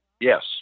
Yes